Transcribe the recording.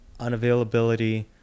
unavailability